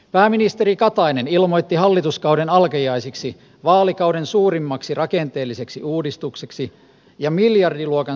pääministeri katainen ilmoitti hallituskauden alkajaisiksi vaalikauden suurimmaksi rakenteelliseksi uudistukseksi ja miljardiluokan säästöhankkeeksi suurkuntahankkeen